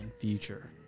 future